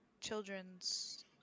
children's